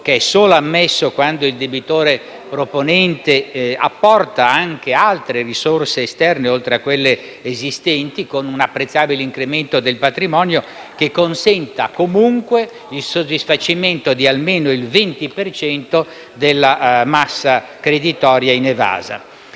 puro, ammesso solo quando il debitore proponente apporta anche altre risorse esterne, oltre a quelle esistenti, con un apprezzabile incremento del patrimonio, che consenta comunque il soddisfacimento di almeno il 20 per cento della massa creditoria inevasa.